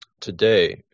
today